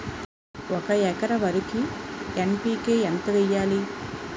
ఒక ఎకర వరికి ఎన్.పి కే ఎంత వేయాలి?